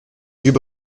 yeux